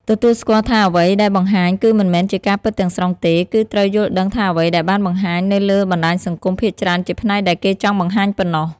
ទទួលស្គាល់ថាអ្វីដែលបង្ហាញគឺមិនមែនជាការពិតទាំងស្រុងទេ គឺត្រូវយល់ដឹងថាអ្វីដែលបានបង្ហាញនៅលើបណ្ដាញសង្គមភាគច្រើនជាផ្នែកដែលគេចង់បង្ហាញប៉ុណ្ណោះ។